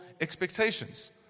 expectations